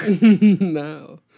No